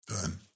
Done